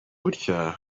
gutya